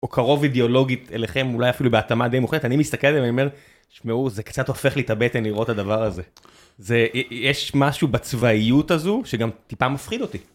או קרוב אידיאולוגית אליכם, אולי אפילו בהתאמה די מוחלטת, אני מסתכל עליהם ואומר, שמעו, זה קצת הופך לי את הבטן לראות את הדבר הזה. זה, יש משהו בצבאיות הזו, שגם טיפה מפחיד אותי.